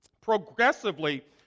progressively